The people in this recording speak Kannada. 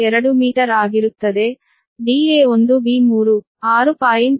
2 ಮೀಟರ್ ಆಗಿರುತ್ತದೆ da1b3 6